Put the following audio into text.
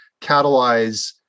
catalyze